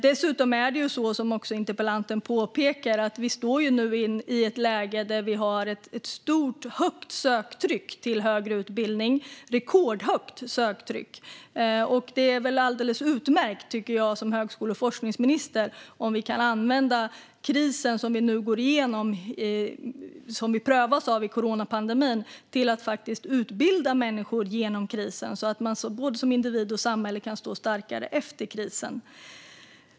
Dessutom befinner vi oss nu, som interpellanten också påpekar, i ett läge där vi har ett rekordhögt söktryck till högre utbildning. Det är alldeles utmärkt, tycker jag som högskole och forskningsminister, om vi kan använda den kris som vi nu prövas av under coronapandemin till att faktiskt utbilda människor så att vi både som individer och samhälle kan stå starkare efter krisen.